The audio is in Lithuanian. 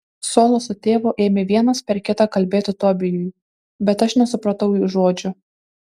solo su tėvu ėmė vienas per kitą kalbėti tobijui bet aš nesupratau jų žodžių